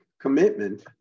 commitment